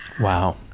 Wow